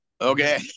okay